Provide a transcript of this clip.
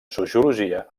sociologia